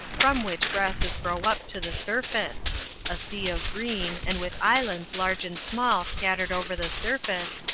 from which grasses grow up to the surface a sea of green, and with islands large and small scattered over the surface,